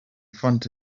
front